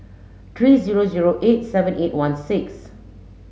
three zero zero eight seven eight one six